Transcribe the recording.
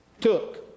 took